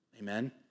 Amen